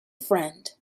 friend